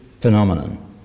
phenomenon